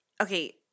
Okay